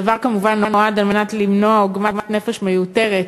הדבר כמובן נועד למנוע עוגמת נפש מיותרת